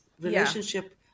relationship